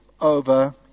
over